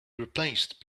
replaced